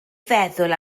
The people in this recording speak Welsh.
feddwl